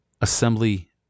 assembly